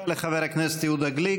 לחבר הכנסת יהודה גליק.